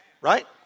right